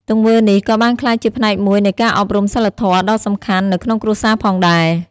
ទង្វើនេះក៏បានក្លាយជាផ្នែកមួយនៃការអប់រំសីលធម៌ដ៏សំខាន់នៅក្នុងគ្រួសារផងដែរ។